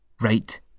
right